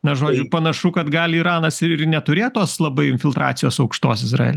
na žodžiu panašu kad gali iranas ir neturėt tos labai infiltracijos aukštos izraely